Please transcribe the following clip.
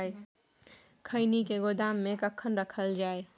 खैनी के गोदाम में कखन रखल जाय?